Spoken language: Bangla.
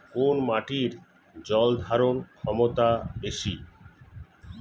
কোন মাটির জল ধারণ ক্ষমতা বেশি?